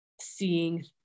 seeing